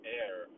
air